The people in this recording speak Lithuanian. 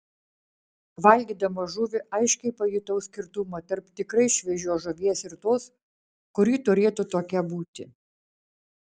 valgydama žuvį aiškiai pajutau skirtumą tarp tikrai šviežios žuvies ir tos kuri turėtų tokia būti